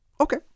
Okay